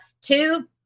two